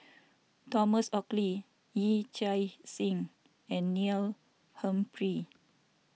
Thomas Oxley Yee Chia Hsing and Neil Humphreys